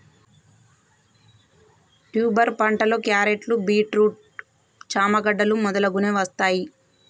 tuber పంటలో క్యారెట్లు, beetroot, చామ గడ్డలు మొదలగునవి వస్తాయ్